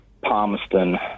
Palmerston